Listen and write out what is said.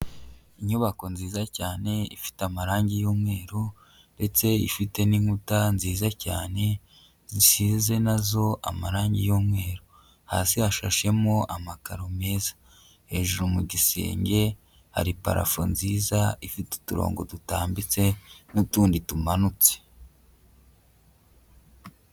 Inyubako nziza cyane ifite amarangi y'umweru ndetse ifite n'inkuta nziza cyane, zisize na zo amarangi y'umweru. Hasi hashashemo amakaro meza, hejuru mu gisenge hari parafo nziza ifite uturongo dutambitse n'utundi tumanutse.